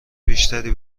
بیشتری